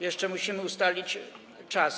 Jeszcze musimy ustalić czas.